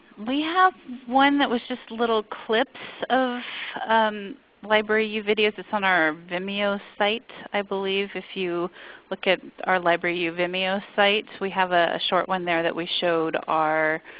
we have one that was just little clips of libraryyou videos. it's on our vimeo site i believe. if you look at our libraryyou vimeo site, we have a short one there that we showed our